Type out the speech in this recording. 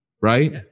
Right